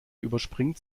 überspringt